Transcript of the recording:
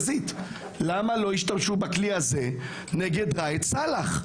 למה לא השתמשו בכלי הזה נגד ראאד סלאח?